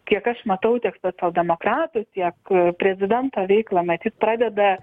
kiek aš matau tiek socialdemokratų tiek prezidento veiklą matyt pradeda